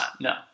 no